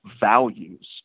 values